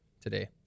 today